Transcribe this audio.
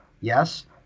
Yes